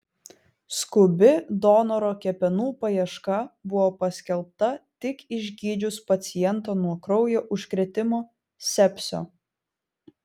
skubi donoro kepenų paieška buvo paskelbta tik išgydžius pacientą nuo kraujo užkrėtimo sepsio